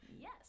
Yes